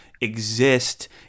exist